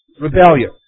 rebellion